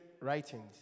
writings